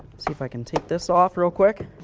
see if i can take this off real quick.